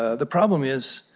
ah the problem is